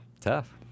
Tough